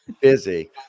Busy